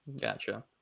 Gotcha